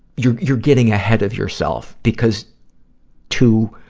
you're, you're getting ahead of yourself. because to